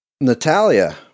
Natalia